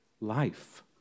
life